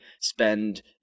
spend